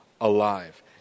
alive